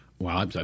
Wow